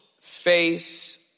face